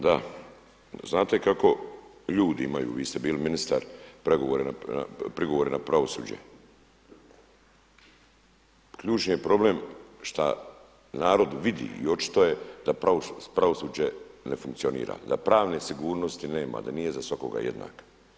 Da, znate kako ljudi imaju, vi ste bili ministar, prigovore na pravosuđe, ključni je problem šta narod vidi i očito je da pravosuđe ne funkcionira, da pravne sigurnosti nema, da nije za svakoga jednaka.